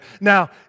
Now